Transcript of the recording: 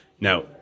Now